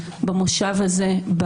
במושב הזה,